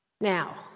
Now